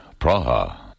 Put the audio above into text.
Praha